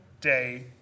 Day